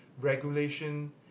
regulation